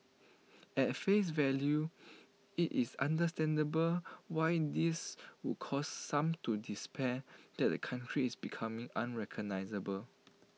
at face value IT is understandable why this would cause some to despair that the country is becoming unrecognisable